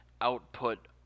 output